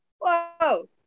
whoa